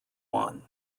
one